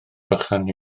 bychan